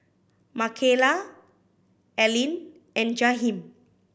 Makayla Aline and Jaheem